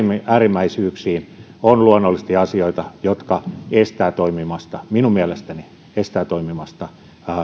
äärimmäisyyksiin on luonnollisesti niitä asioita jotka estävät toimimasta minun mielestäni estävät toimimasta